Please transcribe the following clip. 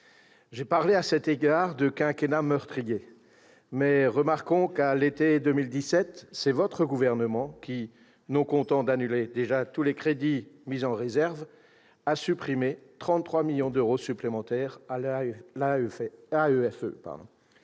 J'ai parlé à cet égard de « quinquennat meurtrier ». Remarquons néanmoins qu'à l'été 2017, c'est votre gouvernement qui, non content d'annuler déjà tous les crédits mis en réserve, a supprimé 33 millions d'euros supplémentaires à l'AEFE.